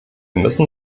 müssen